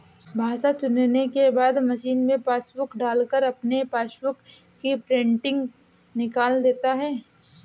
भाषा चुनने के बाद मशीन में पासबुक डालकर अपने पासबुक की प्रिंटिंग निकाल लेता है